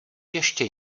ještě